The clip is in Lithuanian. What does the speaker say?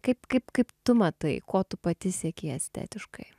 kaip kaip kaip tu matai ko tu pati seki estetiškai